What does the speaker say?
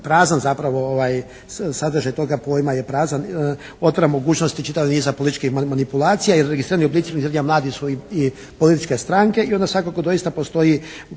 prazan zapravo sadržaj toga pojma je prazan, otvara mogućnosti čitavoga niza političke manipulacije, jer registrirani oblici organiziranja mladih su i političke stranke i onda svakako doista postoji